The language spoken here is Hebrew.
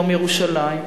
יום ירושלים.